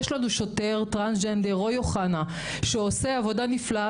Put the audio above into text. יש לנו שוטר טרנסג'נדר רוי אוחנה שעושה עבודה נפלאה